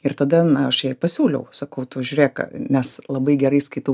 ir tada na aš jai pasiūliau sakau tu žiūrėk nes labai gerai skaitau